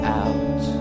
out